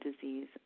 disease